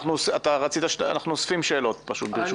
אנחנו אוספים שאלות, ברשותך, ערן.